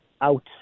out